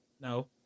No